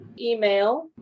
email